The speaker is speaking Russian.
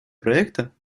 проекта